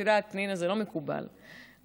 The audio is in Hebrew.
את יודעת פנינה, זה לא מקובל הרבה.